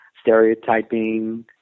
stereotyping